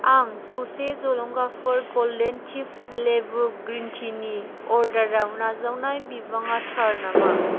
आं जौसे जलंगाफोर गल्डेन टिप्स लेबु ग्रिन टिनि अर्डाराव नाजावनाय बिबाङा थार नामा